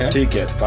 ticket